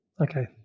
okay